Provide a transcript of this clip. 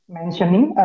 mentioning